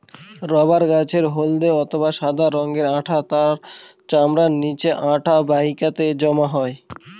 rubber গাছের হল্দে অথবা সাদা রঙের আঠা তার চামড়ার নিচে আঠা বাহিকাতে জমা হয়